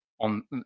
On